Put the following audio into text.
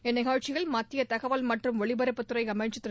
இந்நிகழ்ச்சியில் மத்திய தகவல் மற்றும் ஒலிபரப்பு துறை அமைச்சர் திரு